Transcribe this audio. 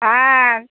হ্যাঁ